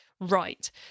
right